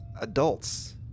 adults